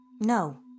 No